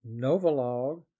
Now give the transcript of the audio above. Novolog